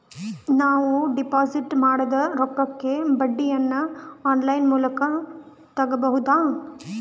ನಾವು ಡಿಪಾಜಿಟ್ ಮಾಡಿದ ರೊಕ್ಕಕ್ಕೆ ಬಡ್ಡಿಯನ್ನ ಆನ್ ಲೈನ್ ಮೂಲಕ ತಗಬಹುದಾ?